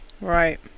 Right